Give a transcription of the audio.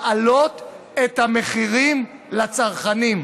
להעלות את המחירים לצרכנים.